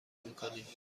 میکنیم